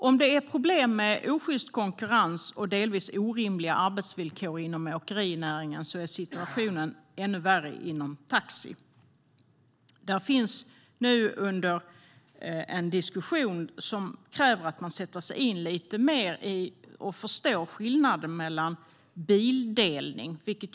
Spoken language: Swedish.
Om det är problem med osjyst konkurrens och delvis orimliga arbetsvillkor inom åkerinäringen är situationen ännu värre inom taxi. Det pågår nu en diskussion om att kräva att man lite mer sätter sig in i och förstår vad bildelning innebär.